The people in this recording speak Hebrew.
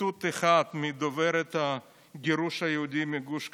ציטוט אחד מדוברת גירוש היהודים מגוש קטיף.